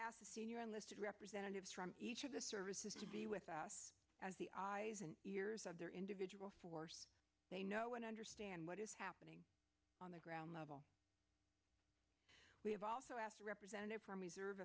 asked a senior enlisted representatives from each of the services to be with us as the eyes and ears of their individual for they know and understand what is happening on the ground level we have also asked a representative from reserve